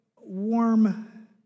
warm